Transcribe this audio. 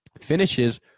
finishes